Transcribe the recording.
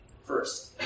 first